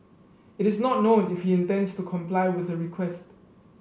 it is not known if he intends to comply with the request